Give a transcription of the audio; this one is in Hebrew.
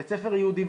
בית ספר יהודי,